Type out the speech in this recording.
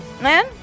Man